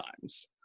times